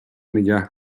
نگه